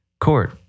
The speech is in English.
court